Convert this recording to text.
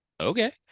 Okay